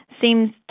seems